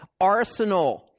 arsenal